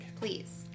please